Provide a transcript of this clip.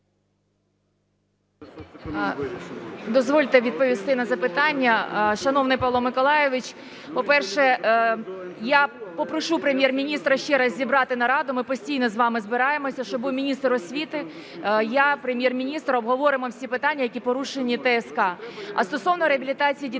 Дозвольте відповісти на запитання. Шановний Павло Миколайович, по-перше, я попрошу Прем'єр-міністра ще раз зібрати нараду, ми постійно з вам збираємося, щоб був міністр освіти, я, Прем'єр-міністр, обговоримо всі питання, які порушені ТСК. А стосовно реабілітації дітей